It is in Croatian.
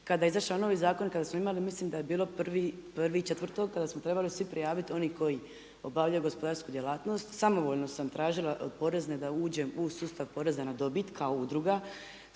kada je izašao novi zakon i kada smo imali, mislim da je bilo 1.4. kada smo trebali svi prijaviti oni koji obavljaju gospodarsku djelatnost. Samovoljno sam tražila porezne da uđem u sustav poreza na dobit kao udruga.